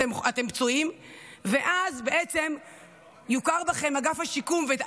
אתם פצועים ואז בעצם אגף השיקום יכיר בכם